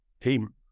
team